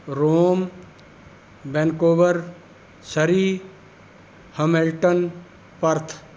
Rome Vancouver Surrey Hamilton Perth